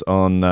on